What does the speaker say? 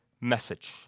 message